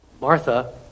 Martha